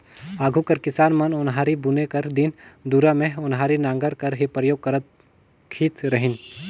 आघु कर किसान मन ओन्हारी बुने कर दिन दुरा मे ओन्हारी नांगर कर ही परियोग करत खित रहिन